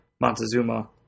Montezuma